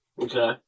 Okay